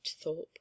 Thorpe